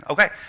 Okay